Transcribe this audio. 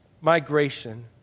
migration